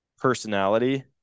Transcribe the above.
personality